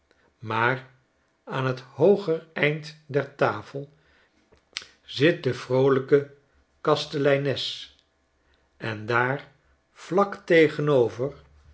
maar aan t hooger eind der tafel zit de vroolijke kasteleines en daar vlak tegenover